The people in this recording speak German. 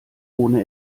ohne